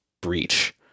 Breach